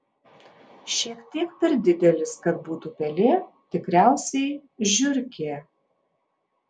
šiek tiek per didelis kad būtų pelė tikriausiai žiurkė